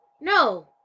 No